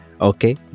Okay